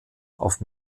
auf